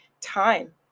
time